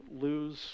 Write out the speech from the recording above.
lose